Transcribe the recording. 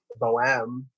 bohem